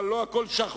אבל לא הכול שחור,